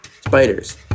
spiders